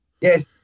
yes